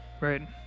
right